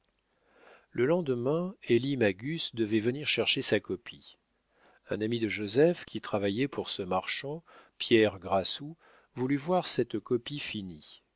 le lendemain elie magus devait venir chercher sa copie un ami de joseph qui travaillait pour ce marchand pierre grassou voulut voir cette copie finie